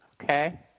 Okay